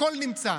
הכול נמצא.